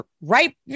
right